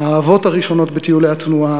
האהבות הראשונות בטיולי התנועה,